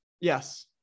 Yes